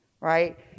right